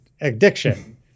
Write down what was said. addiction